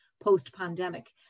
post-pandemic